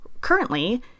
currently